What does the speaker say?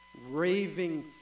raving